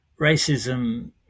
Racism